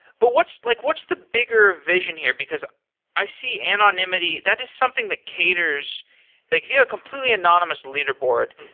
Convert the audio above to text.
but what's like what's the bigger vision here? because i see anonymity that is something that caters like if you have a completely anonymous leaderboard.